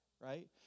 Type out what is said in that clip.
right